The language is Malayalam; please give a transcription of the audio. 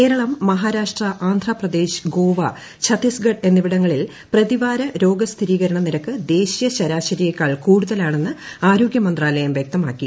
കേരളം മഹാരാഷ്ട്ര ആന്ധ്രാപ്രദേശ് ഗോവ ഛത്തീസ്ഗഡ് എന്നിവിടങ്ങളിൽ പ്രതിവാര രോഗസ്ഥിരീകരണ നിരക്ക് ദേശീയ ശരാശരിയേക്കാൾ കൂടുതലാണെന്ന് ആരോഗ്യമന്ത്രാലയം വൃക്തമാക്കി